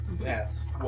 Yes